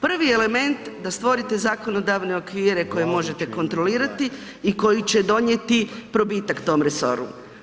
Prvi element da stvorite zakonodavne okvire koje može kontrolirati i koji će donijeti probitak tom resoru.